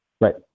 Right